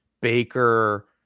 Baker